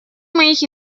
моих